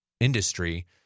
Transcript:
industry